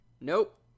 nope